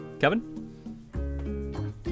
Kevin